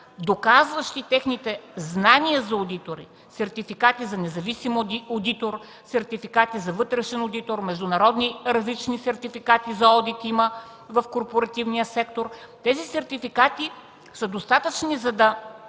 доказващи техните знания за одитори – сертификати за независим одитор, сертификати за вътрешен одитор, има различни международни сертификати за одит в корпоративния сектор, тези сертификати са достатъчни, за да